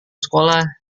sekolah